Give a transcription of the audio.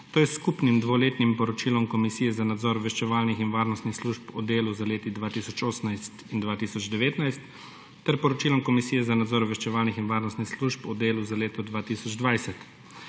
to je sSkupnim dvoletnim poročilom o delu Komisije za nadzor obveščevalnih in varnostnih služb za leti 2018 in 2019 ter Poročilom Komisije za nadzor obveščevalnih in varnostnih služb o delu za leto 2020.